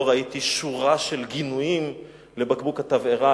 לא ראיתי שורה של גינויים על בקבוק התבערה,